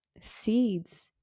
seeds